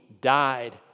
died